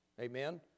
amen